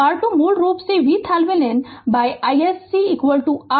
तो R2 मूल रूप से VThevenin by iSC R Norton Voc VThevenin है